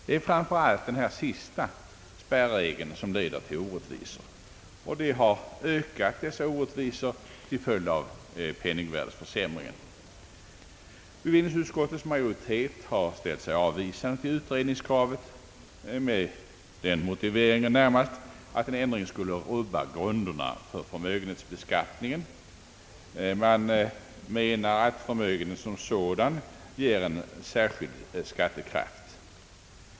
Det är framför allt den sistnämnda spärregeln som leder till orättvisor. Dessa har också ökat till följd av penningvärdeförsämringen. Bevillningsutskottets majoritet har ställt sig avvisande till utredningskravet — närmast med den motiveringen att den begärda ändringen skulle rubba grunderna för förmögenhetsbeskattningen. Man menar att förmögenheten som sådan ger en särskild skattekraft.